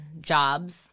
jobs